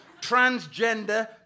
transgender